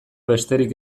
besterik